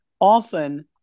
often